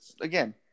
again